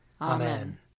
Amen